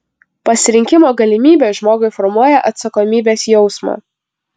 pasirinkimo galimybė žmogui formuoja atsakomybės jausmą